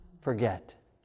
forget